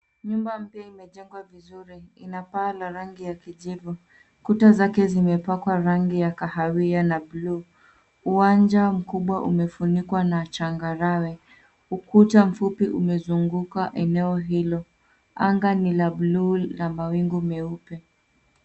Nyumba mpya imejengwa vizuri. Ina paa la rangi ya kijivu. Kuta zake zimepakwa rangi ya kahawia na bluu. Uwanja mkubwa umefunikwa na changarawe. Ukuta mfupi umezunguka eneo hilo. Anga ni la bluu na mawingu meupe.